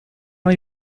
hay